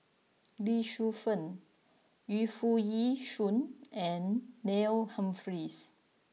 Lee Shu Fen Yu Foo Yee Shoon and Neil Humphreys